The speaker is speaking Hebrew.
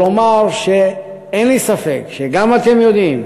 ואומר שאין לי ספק שגם אתם יודעים